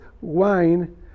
wine